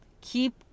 keep